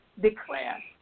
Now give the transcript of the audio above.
declare